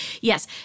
yes